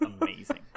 amazing